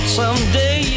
someday